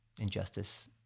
injustice